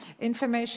information